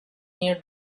near